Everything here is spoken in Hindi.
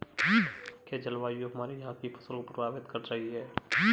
क्या जलवायु हमारे यहाँ की फसल को प्रभावित कर रही है?